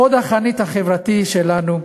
חוד החנית החברתית שלנו,